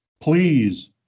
please